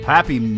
Happy